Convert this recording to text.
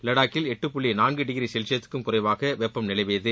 லடாக்கில் எட்டு புள்ளி நான்கு டிகிரி செல்சியசுக்கும் குறைவாக வெப்பம் நிலவியது